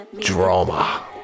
Drama